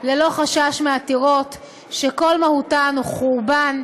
ללא חשש מעתירות שכל מהותן היא חורבן,